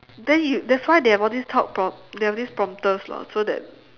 then you that's why they these talk prom~ they have these prompters lah so that